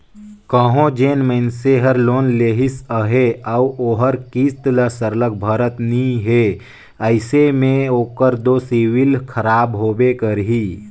कहों जेन मइनसे हर लोन लेहिस अहे अउ ओहर किस्त ल सरलग भरत नी हे अइसे में ओकर दो सिविल खराब होबे करही